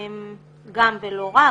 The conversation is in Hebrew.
גם ולא רק,